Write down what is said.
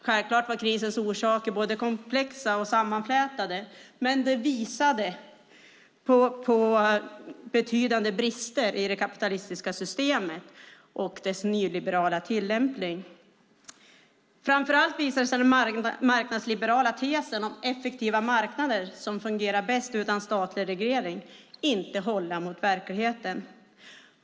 Självklart var krisens orsaker både komplexa och sammanflätade, men det visade på betydande brister i det kapitalistiska systemet och dess nyliberala tillämpning. Framför allt visade sig den marknadsliberala tesen om effektiva marknader som fungerar bäst utan statlig reglering inte hålla mot verkligheten.